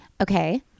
Okay